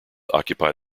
occupy